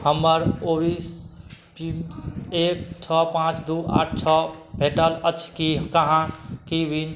हमर ओवि एक छओ पाँच दुइ आठ छओ भेटल अछि कि अहाँ कॉविन